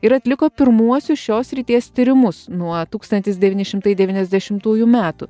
ir atliko pirmuosius šios srities tyrimus nuo tūkstantis devyni šimtai devyniasdešimtųjų metų